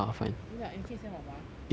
我 just like eh 你可以 send 我吗 sure